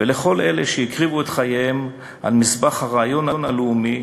ולכל אלה שהקריבו את חייהם על מזבח הרעיון הלאומי